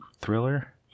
thriller